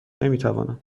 نمیتوانم